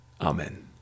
Amen